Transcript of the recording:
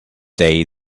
day